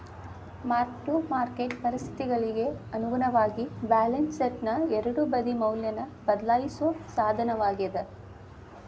mark to market ಪರಿಸ್ಥಿತಿಗಳಿಗಿ ಅನುಗುಣವಾಗಿ balance ಶೇಟ್ನ ಎರಡೂ ಬದಿ ಮೌಲ್ಯನ ಬದ್ಲಾಯಿಸೋ ಸಾಧನವಾಗ್ಯಾದ